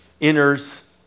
enters